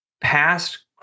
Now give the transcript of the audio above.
past